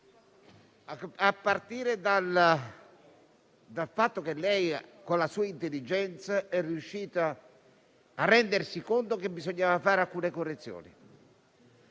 a partire dal fatto che lei con la sua intelligenza è riuscita a rendersi conto che bisognava fare alcune correzioni.